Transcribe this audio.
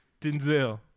Denzel